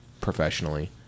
professionally